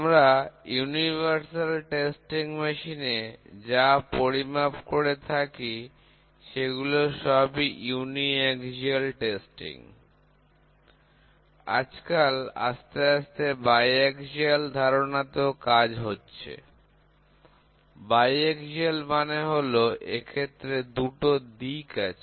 আমরা universal testing machine এ যা পরিমাপ করে থাকি সেগুলো সবই একাক্ষ পরীক্ষা আজকাল আস্তে আস্তে দ্বিঅক্ষীয় ধারণাতেও কাজ হচ্ছে দ্বিঅক্ষীয় মানে হল এক্ষেত্রে দুটো দিক আছে